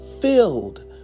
filled